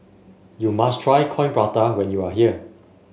you must try Coin Prata when you are here